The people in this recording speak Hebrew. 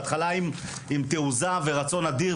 בהתחלה הייתי עם תעוזה ורצון אדיר,